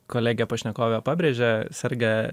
kolegė pašnekovė pabrėžė serga